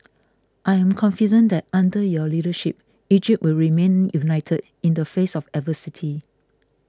I am confident that under your leadership Egypt will remain united in the face of adversity